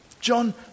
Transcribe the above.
John